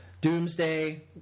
Doomsday